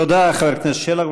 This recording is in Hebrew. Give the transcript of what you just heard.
תודה לחבר הכנסת שלח.